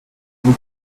vous